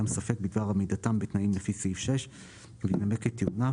ספק בדבר עמידתם בתנאים לפי סעיף 6 וינמק את טיעוניו,